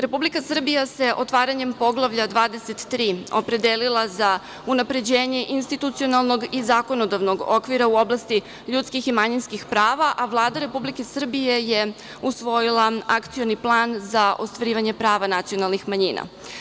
Republika Srbija se otvaranjem Poglavlja 23. opredelila za unapređenje institucionalnog i zakonodavnog okvira u oblasti ljudskih i manjinskih prava, a Vlada Republike Srbije je usvojila Akcioni plan za ostvarivanje prava nacionalnih manjina.